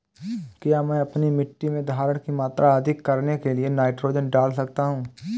क्या मैं अपनी मिट्टी में धारण की मात्रा अधिक करने के लिए नाइट्रोजन डाल सकता हूँ?